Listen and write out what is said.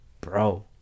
bro